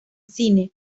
cine